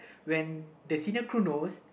when the senior crew knows